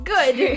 Good